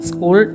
School